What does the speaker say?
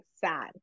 sad